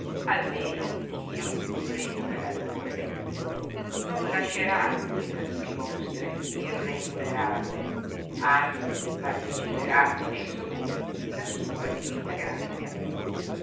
almeno iddio rimuneratore del tutto non lasciarà le fatiche vostre irremunerate anzi parteciperà con esso voi la sua divina grazia